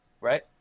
right